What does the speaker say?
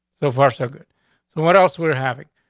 so far, so good. so what else we're having?